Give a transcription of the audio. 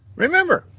remember,